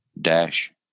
dash